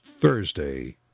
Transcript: Thursday